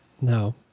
No